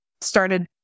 started